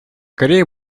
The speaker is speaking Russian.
корея